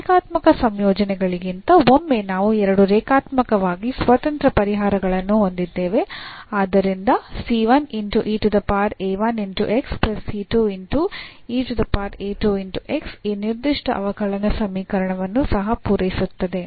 ಈ ರೇಖಾತ್ಮಕ ಸಂಯೋಜನೆಗಳಿಗಿಂತ ಒಮ್ಮೆ ನಾವು ಎರಡು ರೇಖಾತ್ಮಕವಾಗಿ ಸ್ವತಂತ್ರ ಪರಿಹಾರಗಳನ್ನು ಹೊಂದಿದ್ದೇವೆ ಆದ್ದರಿಂದ ಈ ನಿರ್ದಿಷ್ಟ ಅವಕಲನ ಸಮೀಕರಣವನ್ನು ಸಹ ಪೂರೈಸುತ್ತದೆ